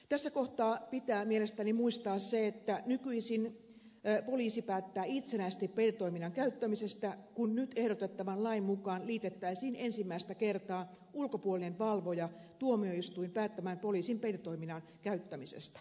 tässä kohtaa pitää mielestäni muistaa se että nykyisin poliisi päättää itsenäisesti peitetoiminnan käyttämisestä kun nyt ehdotettavan lain mukaan liitettäisiin ensimmäistä kertaa ulkopuolinen valvoja tuomioistuin päättämään poliisin peitetoiminnan käyttämisestä